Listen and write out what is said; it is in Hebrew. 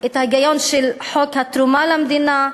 ההיגיון של חוק התרומה למדינה,